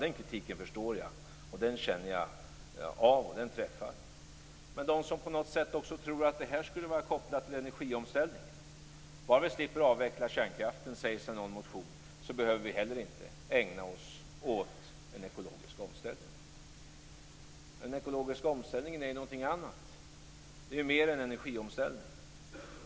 Den kritiken träffar, och jag känner av den. Men det finns de som på något sätt tror att de frågorna är kopplade till energiomställningen. Bara inte kärnkraften behöver avvecklas - som det står i en motion - behöver vi heller inte ägna oss åt den ekologiska omställningen. Men den ekologiska omställningen är något annat. Det är mer än en energiomställning.